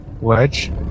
Wedge